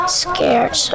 scared